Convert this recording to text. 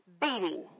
beating